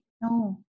No